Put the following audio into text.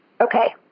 Okay